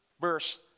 verse